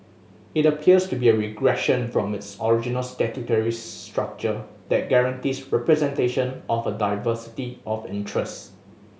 it appears to be a regression from its original statutory structure that guarantees representation of a diversity of interest